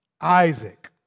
Isaac